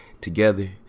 Together